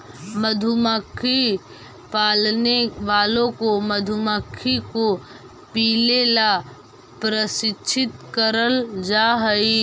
मधुमक्खी पालने वालों को मधुमक्खी को पीले ला प्रशिक्षित करल जा हई